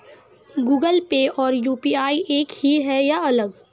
Google Pay और UPI एक ही है या अलग?